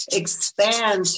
expand